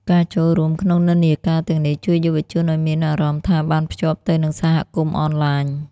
ការចូលរួមក្នុងនិន្នាការទាំងនេះជួយយុវជនឱ្យមានអារម្មណ៍ថាបានភ្ជាប់ទៅនឹងសហគមន៍អនឡាញ។